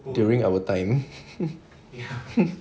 during our time